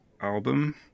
album